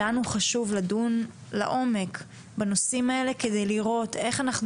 חשוב לנו לדון לעומק בנושאים האלה כדי לראות איך אנחנו